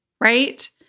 right